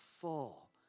full